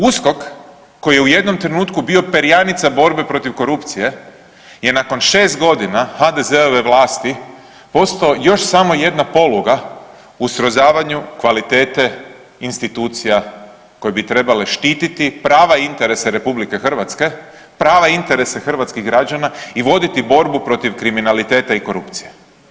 USKOK koji je u jednom trenutku bio perjanica borbe protiv korupcije je nakon 6 godina HDZ-ove vlasti posao još samo jedna poluga u srozavanju kvalitete institucija koje bi trebale štititi prava i interese Republike Hrvatske, prava i interese hrvatskih građana i voditi borbu protiv kriminaliteta i korupcije.